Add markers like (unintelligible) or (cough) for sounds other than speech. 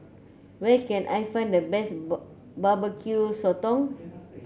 where can I find the best (unintelligible) Barbecue Sotong